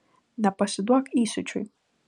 nepasiduok įsiūčiui